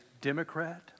Democrat